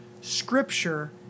scripture